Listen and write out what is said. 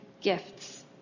gifts